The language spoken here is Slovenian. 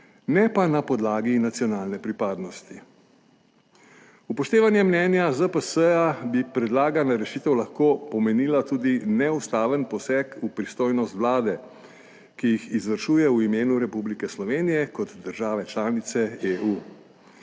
ne pa na podlagi nacionalne pripadnosti. Upoštevanje mnenja ZPS bi predlagana rešitev lahko pomenila tudi neustaven poseg v pristojnost Vlade, ki jih izvršuje v imenu Republike Slovenije kot države članice EU.